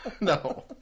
No